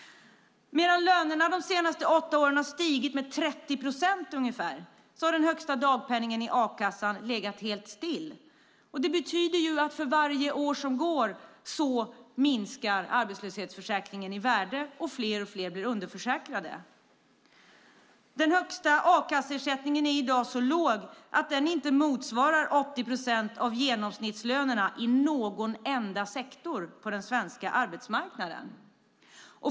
Medan lönerna de senaste åtta åren har stigit med ungefär 30 procent har den högsta dagpenningen i a-kassan legat helt still. Det betyder att för varje år som går minskar arbetslöshetsförsäkringen i värde och fler och fler blir underförsäkrade. Den högsta a-kasseersättningen är i dag så låg att den inte motsvarar 80 procent av genomsnittslönerna i någon enda sektor på den svenska arbetsmarknaden.